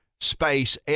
space